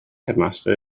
headmaster